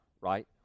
right